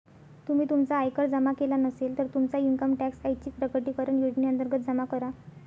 तुम्ही तुमचा आयकर जमा केला नसेल, तर तुमचा इन्कम टॅक्स ऐच्छिक प्रकटीकरण योजनेअंतर्गत जमा करा